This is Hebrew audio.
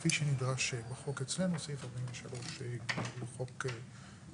כפי שנדרש בחוק אצלנו סעיף 43(ג) לחוק,